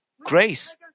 grace